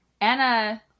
Anna